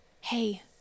hey